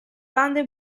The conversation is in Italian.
bande